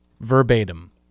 verbatim